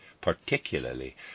particularly